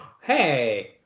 Hey